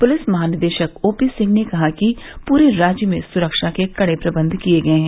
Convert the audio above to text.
police महानिदेशक OP Singh ने कहा कि पूरे राज्य में सुरक्षा के कड़े प्रबंध किए गए हैं